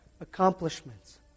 accomplishments